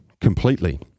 completely